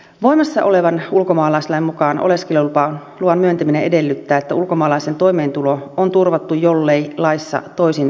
voimassa olevan ulkomaalaislain mukaan oleskeluluvan myöntäminen edellyttää että ulkomaalaisen toimeentulo on turvattu jollei laissa toisin säädetä